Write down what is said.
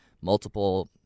multiple